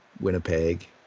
Winnipeg